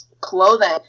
clothing